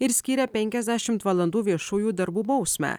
ir skyrė penkiasdešimt valandų viešųjų darbų bausmę